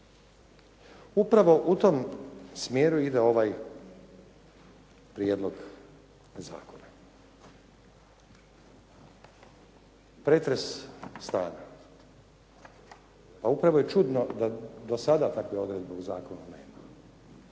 Upravo u tom smjeru ide ovaj prijedlog zakona. Pretres stana a upravo je čudno da do sada takve odredbe u zakonu nema.